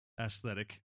aesthetic